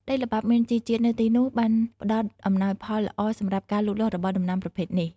ដីល្បាប់មានជីជាតិនៅទីនោះបានផ្ដល់អំណោយផលល្អសម្រាប់ការលូតលាស់របស់ដំណាំប្រភេទនេះ។